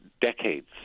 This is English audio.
decades